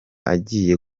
agiye